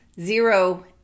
zero